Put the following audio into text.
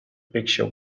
picture